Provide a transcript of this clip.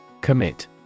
Commit